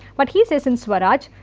but he says in swaraj,